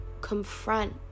confront